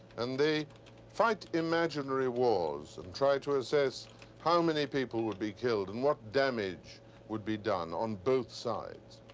and they fight imaginary wars and try to assess how many people would be killed and what damage would be done on both sides.